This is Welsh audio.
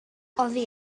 oddi